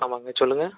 ஆமாங்க சொல்லுங்கள்